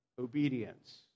obedience